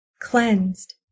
cleansed